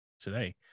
today